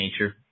nature